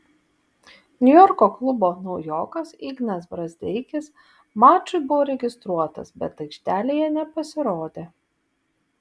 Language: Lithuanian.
niujorko klubo naujokas ignas brazdeikis mačui buvo registruotas bet aikštėje nepasirodė